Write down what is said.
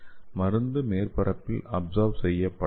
மருந்து மேற்பரப்பில் அப்சார்வ் செய்யப்படலாம்